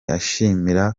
ashimira